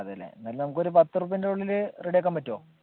അതെല്ലേ എന്നാലും നമക്കൊരു പത്തുരൂപൻ്റെ ഉള്ളിൽ റെഡിയാക്കാൻ പറ്റുമോ